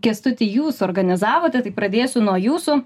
kęstuti jūs suorganizavote tai pradėsiu nuo jūsų